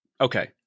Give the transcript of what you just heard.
Okay